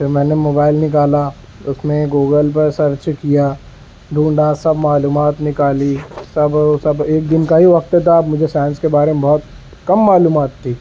تو میں نے موبائل نکالا اس میں گوگل پر سرچ کیا ڈھونڈا سب معلومات نکالی سب سب ایک دن کا ہی وقت تھا مجھے سائنس کے بارے میں بہت کم معلومات تھی